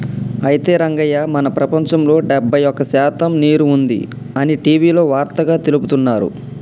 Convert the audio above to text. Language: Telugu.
అయితే రంగయ్య మన ప్రపంచంలో డెబ్బై ఒక్క శాతం నీరు ఉంది అని టీవీలో వార్తగా తెలుపుతున్నారు